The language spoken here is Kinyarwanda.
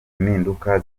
impinduka